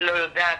לא יודעת.